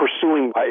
pursuing